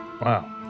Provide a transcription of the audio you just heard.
Wow